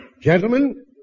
Gentlemen